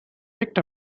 picked